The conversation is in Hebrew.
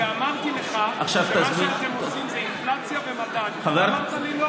כשאמרתי לך שמה שאתם עושים זה אינפלציה --- אמרת לי: לא.